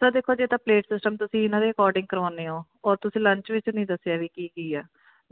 sir ਦੇਖੋ ਜੇ ਤਾਂ ਪਲੇਟ ਸਿਸਟਮ ਤੁਸੀਂ ਇਹਨਾਂ ਦੇ ਅਕੋਡਿੰਗ ਕਰਵਾਉਨੇ ਓਂ ਔਰ ਤੁਸੀਂ ਲੰਚ ਵਿੱਚ ਨਹੀਂ ਦੱਸਿਆ ਵੀ ਕੀ ਕੀ ਆ